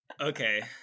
Okay